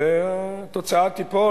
והתוצאה תיפול,